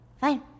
Fine